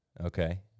okay